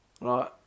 right